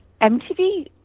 mtv